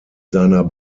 seiner